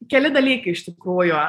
keli dalykai iš tikrųjų